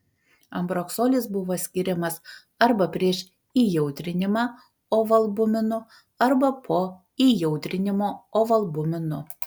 ambroksolis buvo skiriamas arba prieš įjautrinimą ovalbuminu arba po įjautrinimo ovalbuminu